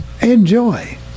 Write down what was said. enjoy